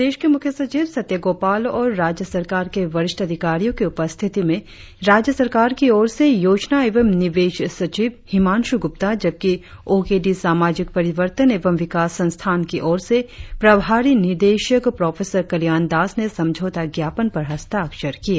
प्रदेश के मुख्य सचिव सत्य गोपाल और राज्य सरकार के वरिष्ठ अधिकारियो की उपस्थिति में राज्य सरकार की ओर से योजना एवं निवेश सचिव हिमांशु ग्रप्ता जबकि ओ के डी सामाजिक परिवर्तन एवं विकास संस्थान की ओर से प्रभारी निदेशक प्रोफेसर कल्याण दास ने समझौता ज्ञापन पर हस्ताक्षर किए